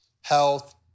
health